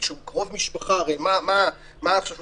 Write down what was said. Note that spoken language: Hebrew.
שהוא קרוב משפחה הרי מה עכשיו חושבים?